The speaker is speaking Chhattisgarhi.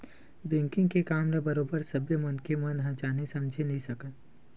बेंकिग के काम ल बरोबर सब्बे मनखे मन ह जाने समझे नइ सकय